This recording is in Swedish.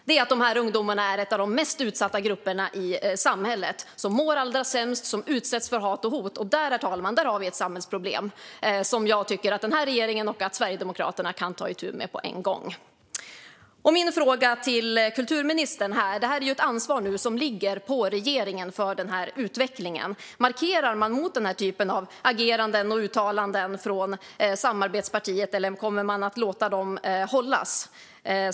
Det är ungdomar som tillhör de mest utsatta grupperna i samhället, som mår allra sämst och som utsätts för hat och hot. Där, herr talman, har vi ett samhällsproblem som jag tycker att den här regeringen och Sverigedemokraterna kan ta itu med på en gång. Min fråga till kulturministern handlar om att ansvaret för denna utveckling nu ligger på regeringen. Markerar man mot denna typ av ageranden och uttalanden från samarbetspartiet, eller kommer man att låta det hållas?